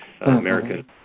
American